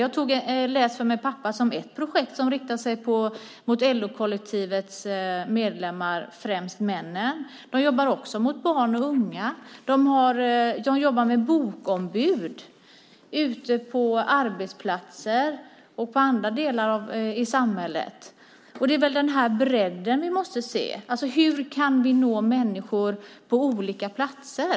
Jag tog Läs för mig, pappa som exempel på ett projekt som riktar sig till LO-kollektivets medlemmar, främst männen. En bok för alla jobbar också mot barn och unga. De jobbar med bokombud ute på arbetsplatser och i andra delar av samhället. Det är den här bredden vi måste se. Hur kan vi nå människor på olika platser?